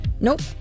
Nope